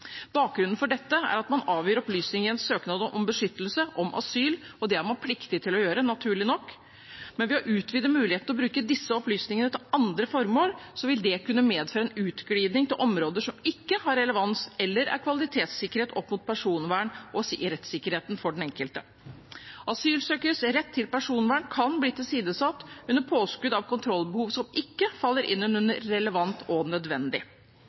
Bakgrunnen for dette er at man avgir opplysninger i en søknad om beskyttelse, om asyl, og det er man naturlig nok pliktet til å gjøre, men ved å utvide muligheten til å bruke disse opplysningene til andre formål vil det kunne medføre en utglidning av områder som ikke har relevans eller er kvalitetssikret opp mot personvern og rettssikkerheten for den enkelte. Asylsøkeres rett til personvern kan bli tilsidesatt under påskudd av kontrollbehov som ikke faller inn under «relevant og nødvendig».